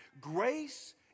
Grace